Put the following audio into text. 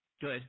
Good